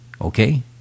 okay